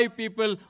people